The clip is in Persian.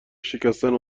شکستن